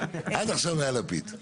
עד עכשיו זה היה לפיד.